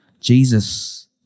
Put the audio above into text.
Jesus